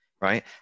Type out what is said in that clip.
Right